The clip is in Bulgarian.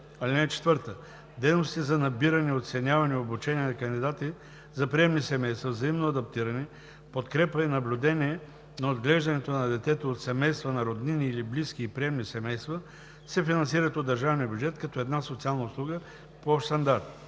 стандарти. (4) Дейностите за набиране, оценяване и обучение на кандидати за приемни семейства, взаимно адаптиране, подкрепа и наблюдение на отглеждането на детето от семейства на роднини или близки и приемни семейства се финансират от държавния бюджет като една социална услуга по общ стандарт.